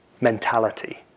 mentality